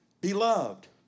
beloved